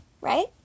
right